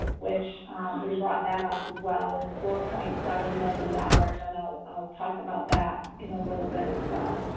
which we brought that up as well as four point seven million dollars. i know i'll talk about that in a little bit as well.